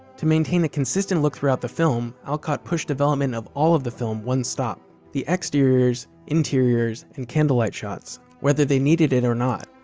to maintain a consistent look throughout the film, alcott pushed development of all of the film one stop the exteriors, interiors, and candlelight shots whether they needed it or not.